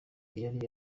yari